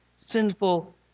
sinful